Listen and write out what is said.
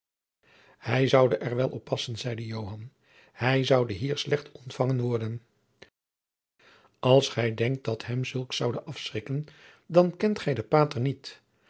hij zoude er wel op passen zeide joan hij zoude hier slecht ontfangen worden als gij denkt dat hem zulks zoude afschrikjacob van lennep de pleegzoon ken dan kent gij den pater niet